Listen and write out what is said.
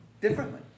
differently